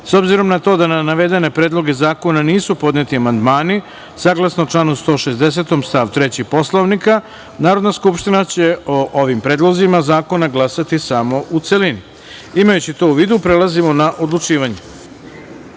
obzirom na to da na navedene predloge zakona nisu podneti amandmani, saglasno članu 160. stav 3. Poslovnika, Narodna skupština će o ovim predlozima zakona glasati samo u celini. Imajući to u vidu, prelazimo na odlučivanje. Treća